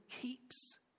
keeps